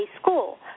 school